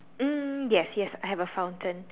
mm yes yes I have a fountain